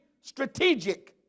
strategic